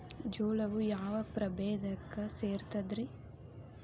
ಜೋಳವು ಯಾವ ಪ್ರಭೇದಕ್ಕ ಸೇರ್ತದ ರೇ?